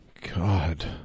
God